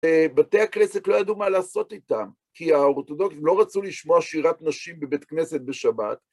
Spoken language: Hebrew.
בתי הכנסת לא ידעו מה לעשות איתם, כי האורתודוקסים לא רצו לשמוע שירת נשים בבית כנסת בשבת...